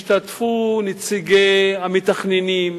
השתתפו נציגי המתכננים,